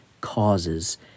causes